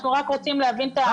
אנחנו רק רוצים להבין את המשמעות.